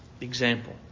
example